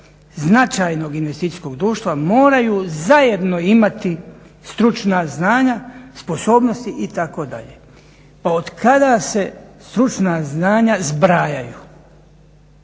značajnog investicijskog društva moraju zajedno imati stručna znanja, sposobnosti i tako dalje. Pa od kada se stručna znanja zbrajaju?